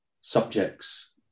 subjects